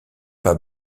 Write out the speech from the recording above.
pas